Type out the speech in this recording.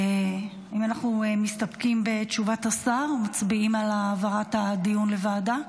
האם אנחנו מסתפקים בתשובת השר ומצביעים על העברת הדיון לוועדה?